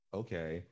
okay